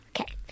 okay